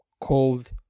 called